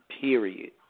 Period